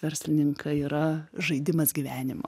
verslininką yra žaidimas gyvenimo